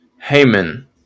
Haman